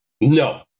No